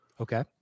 Okay